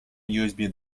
usb